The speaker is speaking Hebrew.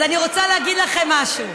אז אני רוצה להגיד לכם משהו: